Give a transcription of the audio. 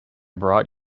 brought